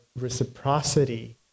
reciprocity